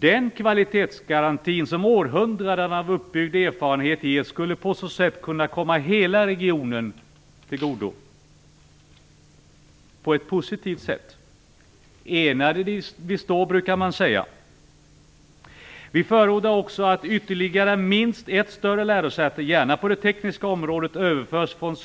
Den kvalitetsgaranti som århundraden av uppbyggd erfarenhet ger skulle på så sätt kunna komma hela regionen till godo på ett positivt sätt. Enade vi stå, brukar man säga. Vi förordar också att ytterligare minst ett större lärosäte, gärna på det tekniska området, överförs från